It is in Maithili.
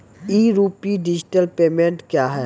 ई रूपी डिजिटल पेमेंट क्या हैं?